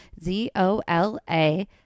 Z-O-L-A